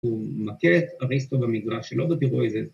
‫הוא מכיר את אריסטו ‫במגרש שלא בטירויזה.